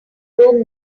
room